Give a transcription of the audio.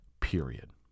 period